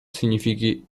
significhi